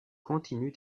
continue